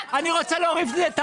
אני רוצה להוריד את הרף.